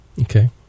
Okay